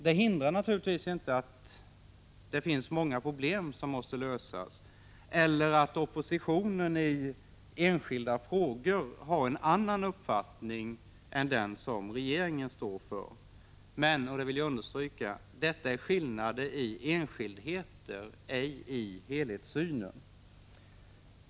Detta hindrar naturligtvis inte att det finns många problem som måste lösas eller att oppositionen i enskilda frågor har en annan uppfattning än den som regeringen står för. Men — det vill jag understryka — det är skillnader i enskildheter, ej i helhetssynen.